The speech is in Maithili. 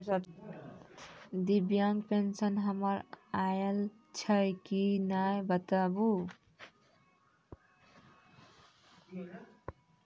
दिव्यांग पेंशन हमर आयल छै कि नैय बताबू?